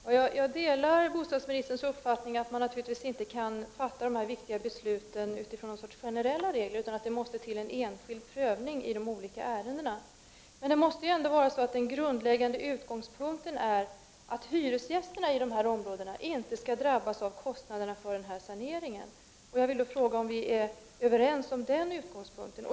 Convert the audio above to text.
Herr talman! Jag delar bostadsministerns uppfattning att man naturligtvis inte kan fatta de här viktiga besluten på basis av några generella regler utan att det måste bli en enskild prövning i de olika ärendena. Men utgångspunkten måste ändock vara att hyresgästerna i dessa områden inte skall drabbas av kostnaderna för saneringen. Jag vill därför fråga om vi är överens om den utgångspunkten.